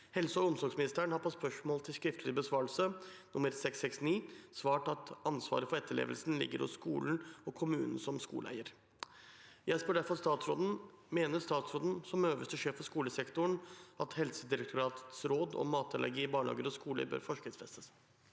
Helse- og omsorgsministeren har på spørsmål til skriftlig besvarelse nr. 669 (2023–2024) svart at «ansvaret for etterlevelsen ligger hos skolen og kommunen som skoleeier». Mener statsråden, som øverste sjef for skolesektoren, at Helsedirektoratets råd om matallergi i barnehager og -skoler bør forskriftsfestes?»